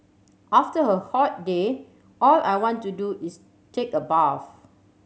after a hot day all I want to do is take a bath